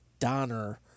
Donner